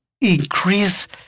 increase